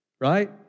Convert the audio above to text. Right